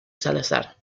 salazar